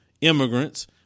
immigrants